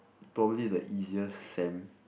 probably the easiest sem